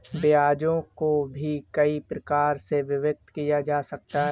ब्याजों को भी कई प्रकार से विभक्त किया जा सकता है